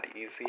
easy